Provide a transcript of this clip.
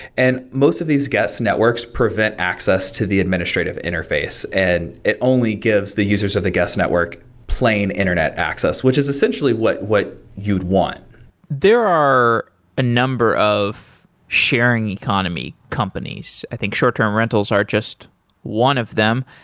and most of these guest networks prevent access to the administrative interface. and it only gives the users of the guest network plain internet access, which is essentially what what you'd want there are a number of sharing economy companies. i think short-term rentals are just one of them.